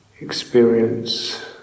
experience